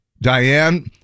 Diane